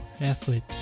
athlete